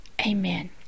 Amen